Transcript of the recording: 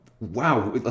wow